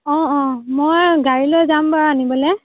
অ' অ' মই গাড়ী লৈ যাম বাৰু আনিবলৈ